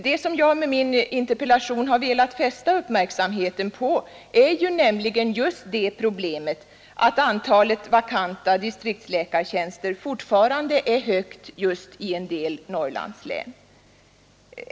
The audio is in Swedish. Det som jag med min interpellation velat fästa uppmärksamheten på är nämligen just det problemet att antalet vakanta distriktsläkartjänster fortfarande är högt i en del Norrlandslän.